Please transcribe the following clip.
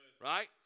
right